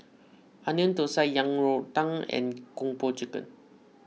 Onion Thosai Yang Rou Tang and Kung Po Chicken